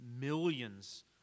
millions